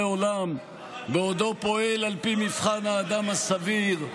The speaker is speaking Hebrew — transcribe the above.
עולם בעודו פועל על פי מבחן האדם הסביר".